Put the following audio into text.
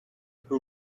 who